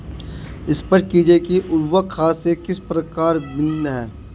स्पष्ट कीजिए कि उर्वरक खाद से किस प्रकार भिन्न है?